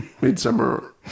midsummer